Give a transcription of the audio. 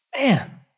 Man